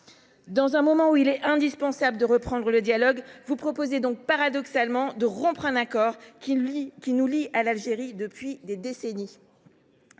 tout ! Alors qu’il est indispensable de reprendre le dialogue, vous proposez, paradoxalement, de rompre un accord qui nous lie à l’Algérie depuis des décennies.